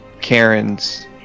Karens